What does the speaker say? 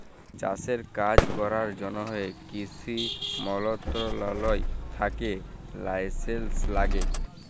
চাষের কাজ ক্যরার জ্যনহে কিসি মলত্রলালয় থ্যাকে লাইসেলস ল্যাগে